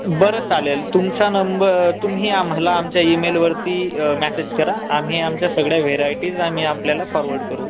बरं चालेल तुमचा नंबर तुम्ही आम्हाला आमच्या ईमेलवरती मॅसेज करा आम्ही आमच्या सगळ्या व्हेरायटीज आम्ही आपल्याला फॉरवर्ड करू